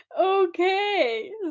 Okay